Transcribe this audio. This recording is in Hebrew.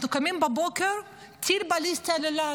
אנחנו קמים בבוקר, טיל בליסטי על אילת.